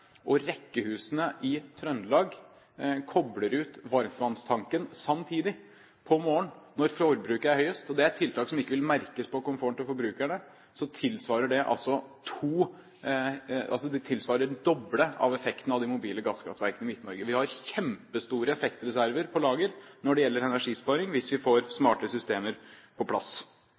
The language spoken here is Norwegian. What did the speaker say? og rekkehusene i Trøndelag kobler ut varmtvannstanken samtidig om morgenen, når forbruket er høyest – det er tiltak som ikke vil merkes på komforten for forbrukerne – tilsvarer det det doble av effekten av de mobile gasskraftverkene i Midt-Norge. Vi har kjempestore effektreserver på lager når det gjelder energisparing, hvis vi får smarte systemer på plass.